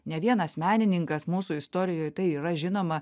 ne vienas menininkas mūsų istorijoj tai yra žinoma